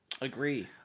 Agree